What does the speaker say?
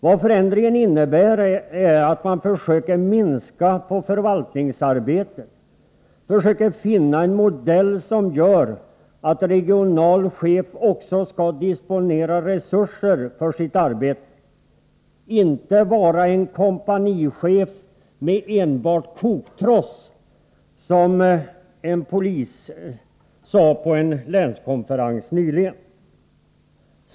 Vad förändringen innebär är att man försöker minska på förvaltningsarbetet, försöker finna en modell som gör att en regional chef också skall disponera resurser för sitt arbete — inte vara en kompanichef med enbart koktross, som en polis sade på en länskonferens nyligen.